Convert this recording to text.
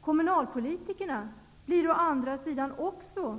Kommunalpolitikerna å andra sidan görs också